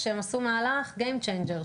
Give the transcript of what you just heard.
שהם עשו מהלך שהוא גיים צ'יינג'ר,